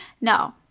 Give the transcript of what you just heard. No